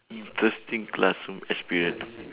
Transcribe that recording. interesting classroom experience